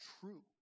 true